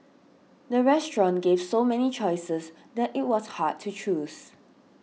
the restaurant gave so many choices that it was hard to choose